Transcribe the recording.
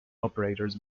operators